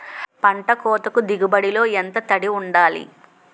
పంట కోతకు దిగుబడి లో ఎంత తడి వుండాలి?